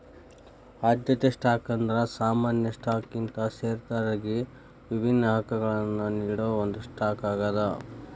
ಆದ್ಯತೆ ಸ್ಟಾಕ್ ಅಂದ್ರ ಸಾಮಾನ್ಯ ಸ್ಟಾಕ್ಗಿಂತ ಷೇರದಾರರಿಗಿ ವಿಭಿನ್ನ ಹಕ್ಕಗಳನ್ನ ನೇಡೋ ಒಂದ್ ಸ್ಟಾಕ್ ಆಗ್ಯಾದ